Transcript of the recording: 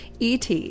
ET